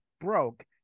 broke